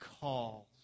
calls